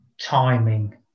timing